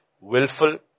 willful